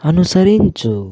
అనుసరించు